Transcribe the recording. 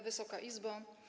Wysoka Izbo!